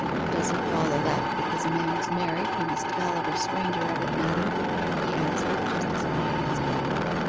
it doesn't follow that, because a man is married, he must tell every stranger of it, madam he answered, just as calmly as before.